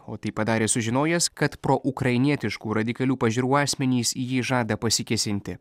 o tai padarė sužinojęs kad proukrainietiškų radikalių pažiūrų asmenys į jį žada pasikėsinti